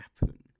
happen